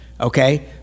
okay